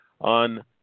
On